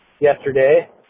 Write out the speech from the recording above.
yesterday